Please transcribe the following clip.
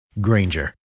Granger